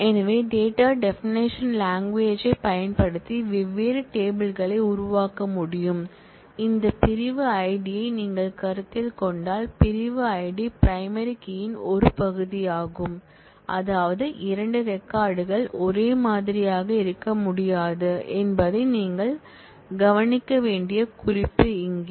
எனவே data definition language யைப் பயன்படுத்தி வெவ்வேறு டேபிள் களை உருவாக்க முடியும் இந்த பிரிவு ஐடியை நீங்கள் கருத்தில் கொண்டால் பிரிவு ஐடி பிரைமரி கீ யின் ஒரு பகுதியாகும் அதாவது 2 ரெக்கார்ட் கள் ஒரே மாதிரியாக இருக்க முடியாது என்பதை நீங்கள் கவனிக்க வேண்டிய குறிப்பு இங்கே